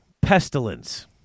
pestilence